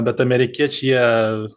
bet amerikiečiai jie